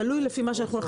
תלוי מה נחליט.